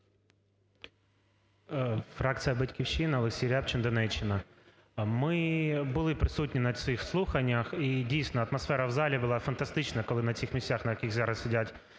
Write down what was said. Фракція "Батьківщина", Олексій Рябчин, Донеччина. Ми були присутні на цих слуханнях і, дійсно, атмосфера у залі була фантастична, коли на цих місцях, на яких зараз сидять дуже